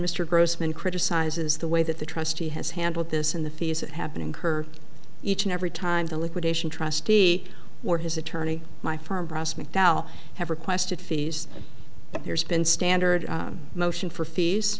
mr grossman criticizes the way that the trustee has handled this in the fees that happen incur each and every time the liquidation trustee or his attorney my firm ross mcdowell have requested fees there's been standard motion for fees